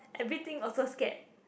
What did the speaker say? everything also scared